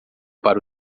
para